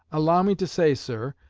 allow me to say, sir,